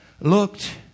looked